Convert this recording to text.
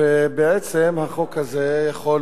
בעצם החוק הזה יכול